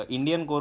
Indian